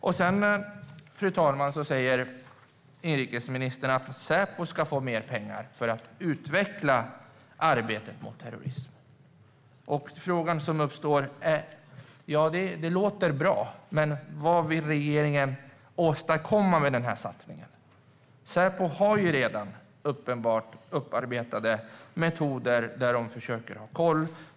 Fru talman! Inrikesministern säger att Säpo ska få mer pengar för att utveckla arbetet mot terrorism. Det låter bra, men frågan som uppstår är vad regeringen vill åstadkomma med satsningen. Säpo har uppenbarligen redan upparbetade metoder för att försöka ha koll.